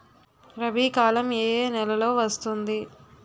రబీ కాలం ఏ ఏ నెలలో వస్తుంది?